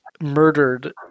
murdered